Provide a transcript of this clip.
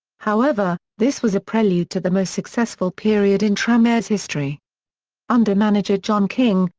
however, this was a prelude to the most successful period in tranmere's history under manager john king,